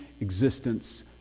existence